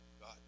God